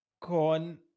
con